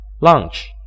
lunch